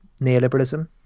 neoliberalism